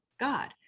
God